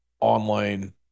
online